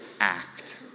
act